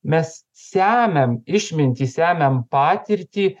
mes semiam išmintį semiam patirtį